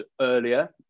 earlier